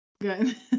Good